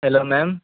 hello ma'am